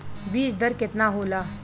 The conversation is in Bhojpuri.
बीज दर केतना होला?